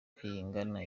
bayingana